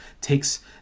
takes